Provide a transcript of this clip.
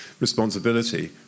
responsibility